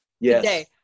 yes